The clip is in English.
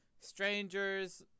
Strangers